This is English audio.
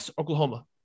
Oklahoma